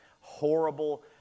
horrible